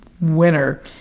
winner